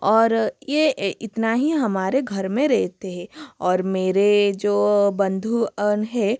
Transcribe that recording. और ये इतना ही हमारे घर में रहते है और मेरे जो बंधु जन है